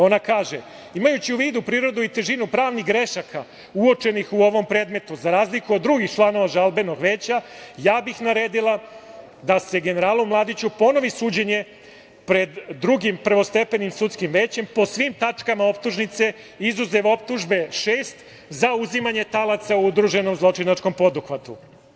Ona kaže – imajući u vidu prirodu i težinu pravnih grešaka uočenih u ovom predmetu, za razliku od drugih članova žalbenog veća, ja bih naredila da se generalu Mladiću ponovi suđenje pred drugim prvostepenim sudskim većem po svim tačkama optužnice, izuzev optužbe šest za uzimanje talaca u udruženom zločinačkom poduhvatu.